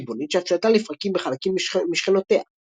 ריבונית שאף שלטה לפרקים בחלקים משכונתיה,